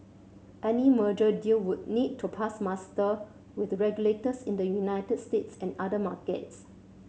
any merger deal would need to pass muster with regulators in the United States and other markets